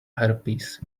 herpes